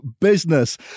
business